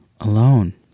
alone